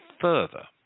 further